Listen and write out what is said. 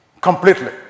Completely